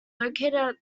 located